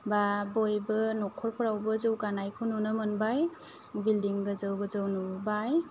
बा बयबो नखरफोरावबो जौगानायखौ नुनो मोनबाय बिल्डिं गोजौ गोजौ लुबाय